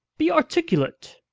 be articulate.